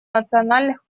национальных